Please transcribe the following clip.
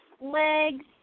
legs